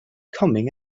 coming